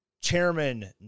Chairman